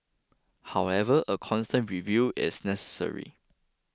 however a constant review is necessary